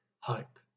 hope